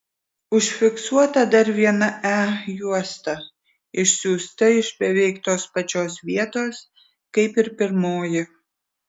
užfiksuota dar viena e juosta išsiųsta iš beveik tos pačios vietos kaip ir pirmoji